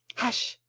hush,